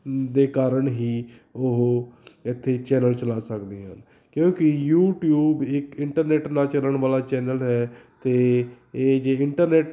ਦੇ ਕਾਰਨ ਹੀ ਉਹ ਇੱਥੇ ਚੈਨਲ ਚਲਾ ਸਕਦੇ ਹਨ ਕਿਉਂਕਿ ਯੂਟਿਊਬ ਇੱਕ ਇੰਟਰਨੈਟ ਨਾਲ ਚੱਲਣ ਵਾਲਾ ਚੈਨਲ ਹੈ ਅਤੇ ਇਹ ਜੇ ਇੰਟਰਨੈਟ